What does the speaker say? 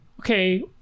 okay